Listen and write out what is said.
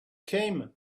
came